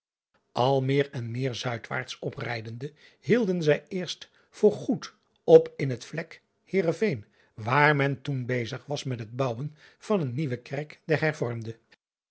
l meer en meer zuidwaarts oprijdende hielden zij eerst voor goed op in het vlek eereveen waar men toen bezig was met het bouwen van een ieuwe